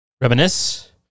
Reminisce